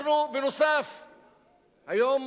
היום